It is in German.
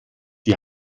die